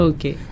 Okay